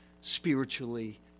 spiritually